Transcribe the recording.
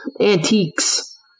antiques